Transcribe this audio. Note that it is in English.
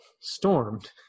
stormed